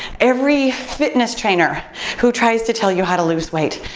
every fitness trainer who tries to tell you how to lose weight,